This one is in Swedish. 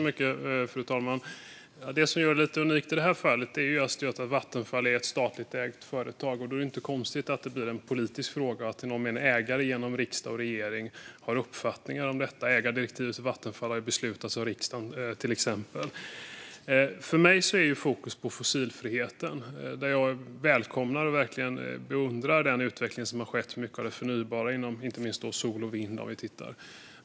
Fru talman! Det som gör detta fall lite unikt är just att Vattenfall är ett statligt ägt företag. Då är det inte konstigt att det blir en politisk fråga och att ägarna genom riksdag och regering i någon mån har uppfattningar om detta. Ägardirektiven till Vattenfall har till exempel beslutats av riksdagen. För mig ligger fokus på fossilfriheten. Jag välkomnar verkligen och beundrar den utveckling som har skett när det gäller mycket av det förnybara inom inte minst sol och vind.